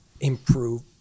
improve